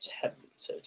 tempted